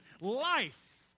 life